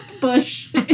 bush